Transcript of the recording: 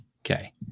Okay